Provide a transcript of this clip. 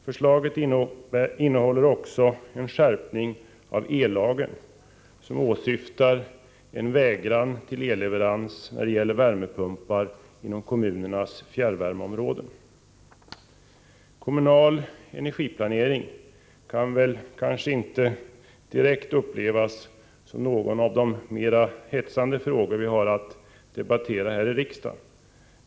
Vidare föreslås en skärpning av ellagen, som åsyftar en vägran till elleverans när det gäller värmepumpar inom kommunernas fjärrvärmeområden. Kommunal energiplanering kan väl kanske inte direkt upplevas som någon av de mer hetsande frågor vi har att debattera här i riksdagen.